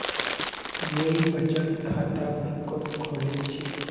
मुई बचत खाता बैंक़त खोलील छि